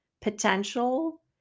potential